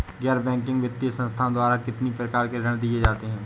गैर बैंकिंग वित्तीय संस्थाओं द्वारा कितनी प्रकार के ऋण दिए जाते हैं?